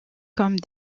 comme